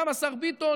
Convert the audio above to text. גם השר ביטון